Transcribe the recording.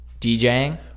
DJing